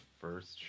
first